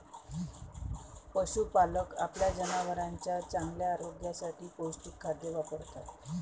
पशुपालक आपल्या जनावरांच्या चांगल्या आरोग्यासाठी पौष्टिक खाद्य वापरतात